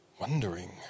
wondering